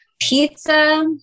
pizza